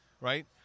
Right